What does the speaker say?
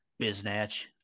Biznatch